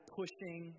pushing